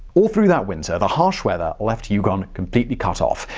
all through that winter, the harsh weather left yukon completely cut off.